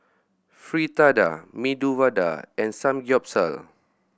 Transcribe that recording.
Fritada Medu Vada and Samgyeopsal